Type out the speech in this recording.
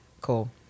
cool